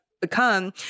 become